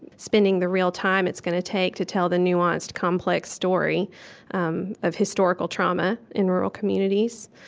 spending the real time it's gonna take to tell the nuanced, complex story um of historical trauma in rural communities.